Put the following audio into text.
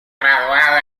graduado